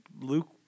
Luke